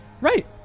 Right